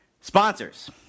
Sponsors